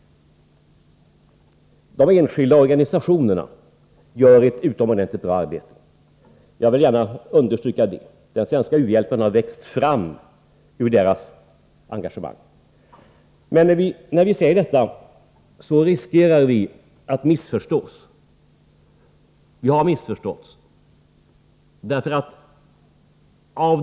De enskilda organisationerna gör ett utomordentligt bra arbete — jag vill gärna understryka det. Den svenska u-hjälpen har växt fram ur deras engagemang. Men när vi säger detta riskerar vi att missförstås, och det har också missförståtts.